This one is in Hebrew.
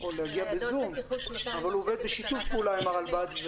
בזום אבל הוא עובד בשיתוף פעולה עם הרלב"ד.